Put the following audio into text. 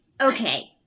Okay